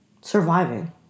Surviving